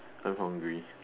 I'm hungry